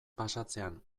pasatzean